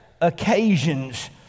occasions